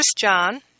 John